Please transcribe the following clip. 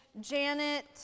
Janet